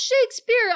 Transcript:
Shakespeare